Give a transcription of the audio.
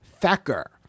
Thacker